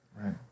Right